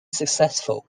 successful